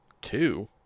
Two